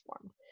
formed